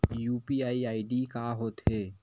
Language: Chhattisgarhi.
यू.पी.आई आई.डी का होथे?